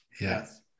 Yes